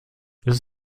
das